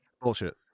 Bullshit